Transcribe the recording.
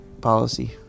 policy